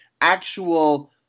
actual